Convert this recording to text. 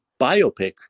biopic